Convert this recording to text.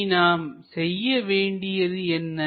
இனி நாம் செய்ய வேண்டியது என்ன